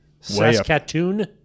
Saskatoon